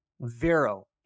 Vero